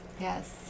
Yes